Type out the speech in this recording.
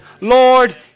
Lord